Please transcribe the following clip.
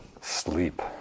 sleep